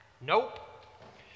Nope